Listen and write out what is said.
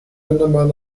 linderman